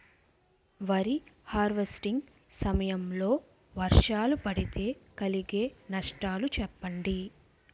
వరి హార్వెస్టింగ్ సమయం లో వర్షాలు పడితే కలిగే నష్టాలు చెప్పండి?